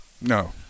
No